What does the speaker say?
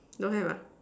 don't have ah